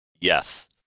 yes